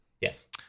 Yes